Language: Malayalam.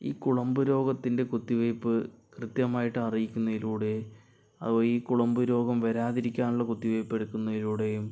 ഈ കുളമ്പു രോഗത്തിൻറെ കുത്തി വെയ്പ്പ് കൃത്യമായിട്ട് അറിയിക്കുന്നയിലൂടെ ഈ കുളമ്പ് രോഗം വരാതിരിക്കാനുള്ള കുത്തിവെയ്പ്പ് എടുക്കുന്നയിലൂടേയും